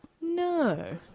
No